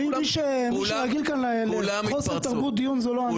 מי שרגיל כאן לחוסר תרבות דיון זה לא אנחנו.